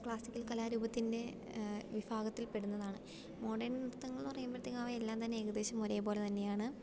classical കലാരൂപത്തിൻ്റെ വിഭാഗത്തിൽപ്പെടുന്നതാണ് modern നൃത്തങ്ങളെന്ന് പറയുമ്പോഴേക്ക് അവയെല്ലാം തന്നെ ഏകദേശം ഒരേപോലെത്തന്നെയാണ്